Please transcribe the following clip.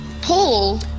Paul